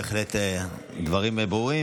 בהחלט דברים ברורים.